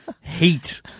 heat